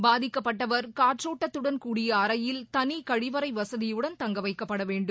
பாதிக்கப்பட்டவர் காற்றோட்டத்துடன் கூடிய அறையில் தனி கழிவறை வசதியுடன் தங்க வைக்கப்பட வேண்டும்